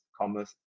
commerce